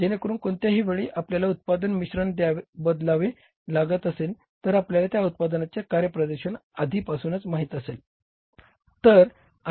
जेणेकरून कोणत्याही वेळी आपल्याला उत्पादन मिश्रण बदलावे लागत असेल तर आपल्याला त्या उत्पादनाचे कार्यप्रदर्शन आधीपासूनच माहित असेल